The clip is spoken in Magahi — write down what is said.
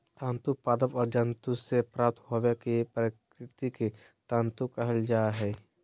तंतु पादप और जंतु से प्राप्त होबो हइ प्राकृतिक तंतु कहल जा हइ